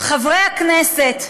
חברי הכנסת,